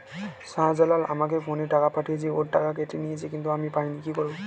শাহ্জালাল আমাকে ফোনে টাকা পাঠিয়েছে, ওর টাকা কেটে নিয়েছে কিন্তু আমি পাইনি, কি করব?